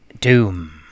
doom